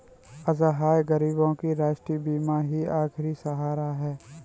असहाय गरीबों का राष्ट्रीय बीमा ही आखिरी सहारा है